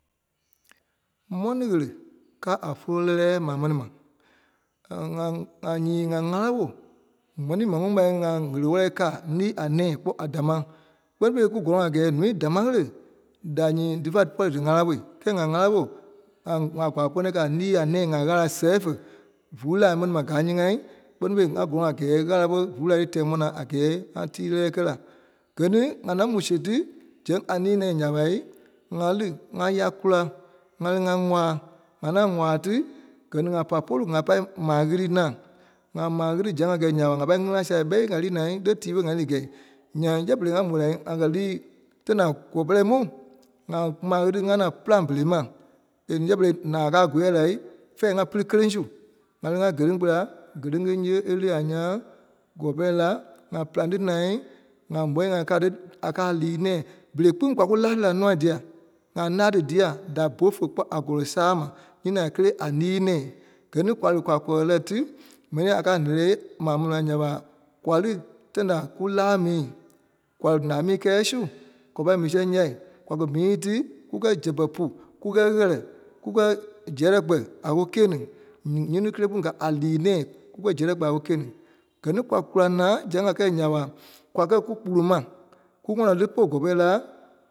Mɔne ɣele káa a fólo lɛ́lɛɛ maa mɛni ma. ŋá- ŋa nyîi ŋa ŋá ɓɔ mɛni maa ŋuŋ ɓa ŋà ɣele-ɓɔ̂i káa lii a nɛ̃ɛ kpɔ́ a dàmaa kpɛ́ni fêi kùkɔlɔŋ a gɛɛ núui damaa ɣele da nyîi dífa pɔri dí ŋànaa ɓɔ kɛ́ɛ ŋa ŋanaa ɓɔ a ŋa- ŋa gwaa ṕonoɔɔi kaa lii a nɛ̃ɛ ŋa Ɣâla seɣe fè fúlu láa mɛni ma kaa ǹyeei ŋa, kpɛ́ni fêi ŋa gɔlɔŋ a kɛɛ Ɣâla ɓe fúlu-laa tɛ́ɛ ɓɔ̀ naa a kɛɛ ŋa tii lɛ̂lɛɛ kɛ̀ la. Kɛ́-ní ŋànaa mu sia tí zɛŋ a lii-nɛ̃ɛ nyaa ɓa ŋa li ŋa ya kula ŋȧ li ŋa-waa. ŋànaa waa tí gɛ-ní ŋá pa polu ŋa pai maa ɣilii naa. ŋá maa ɣili zɛŋ ŋa gɛi nya ɓa ŋa pai ɣíli ŋa sia kpɛ́ɛ ŋa lii naa lé tii ɓe ŋa lii gɛi. Nyaŋ yɛɛ berei ŋa mò la ŋa kɛ li tâi da kɔlɔ pɛrɛ mu ŋa maa ɣilii ŋa naa pîlaŋ berei ma. E ní nyɛɛ berei naa a kɛ a góya laa, fɛ̃ɛ ŋa pili kelèŋ su. ŋá li ŋa kèleŋ gbila keleŋ è nyii nyɛ a li a ǹyaa kɔlɔ pɛrɛ la, ŋa pîlaŋ tí naa ŋa ɓɔ̂i-ŋai kaa tí a kɛ́ a lii nɛ̃ɛ. Berei kpîŋ kwa kú laa tí nua dîa. ŋa láa tí dia da polu fe kpɔ́ a kɔlɔ saa ma nyiti-ŋai kelee a lii-nɛ̃ɛ. Gɛ-ní kwa li kwa kɔlɔ lɛ tí, mɛni a kɛ́ a lɛ̂lɛɛ maa mɛni nya ɓa kwa li tâi da kú láa mii. Kwa li laa mii kɛɛ su, kwa pa mii sɛŋ nya, kwa kɛ̀ mii tí, kúkɛ zɛpɛ pu, kúkɛ ɣɛlɛ, kukɛ zɛleŋ kpɛ a kú gíe-ní nyi- nyíti kelee kpîŋ káa a lii-nɛ̃ɛ, kúkɛ zɛleŋ kpɛ a kúgie-ní. Gɛ-ní kwa kula naa zɛŋ a kɛ̀ nya ɓa kwa kɛ́ kúkpulu ma kú ŋɔnɔ li polu kɔlɔ pɛrɛ la